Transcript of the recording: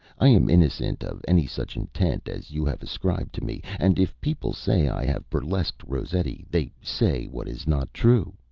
i am innocent of any such intent as you have ascribed to me, and if people say i have burlesqued rossetti they say what is not true.